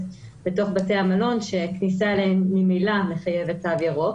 בתוך בתי המלון שהכניסה אליהם ממילא מחייבת תו ירוק.